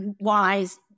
wise